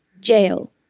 jail